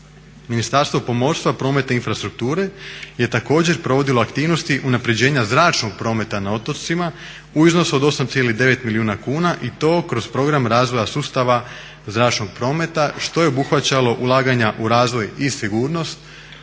Ministarstvo pomorstva, prometa i infrastrukture je također provodilo aktivnosti unapređenja zračnog prometa na otocima u iznosu od 8,9 milijuna kuna i to kroz program razvoja sustava zračnog prometa što je obuhvaćalo ulaganja u razvoj i sigurnost